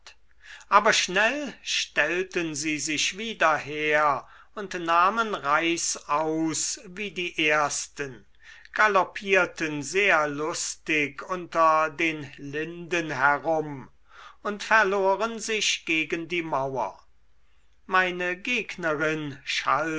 aber schnell stellten sie sich wieder her und nahmen reißaus wie die ersten galoppierten sehr lustig unter den linden herum und verloren sich gegen die mauer meine gegnerin schalt